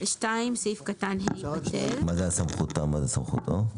מה זה "סמכותם" ומה זה "סמכותו"?